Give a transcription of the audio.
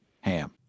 ham